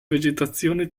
vegetazione